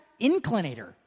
inclinator